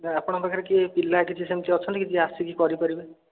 ନାଇଁ ଆପଣଙ୍କ ପାଖରେ କିଏ ପିଲା କିଛି ସେମିତି ଅଛନ୍ତି କି ଯିଏ ଆସିକି କରିପାରିବେ